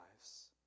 lives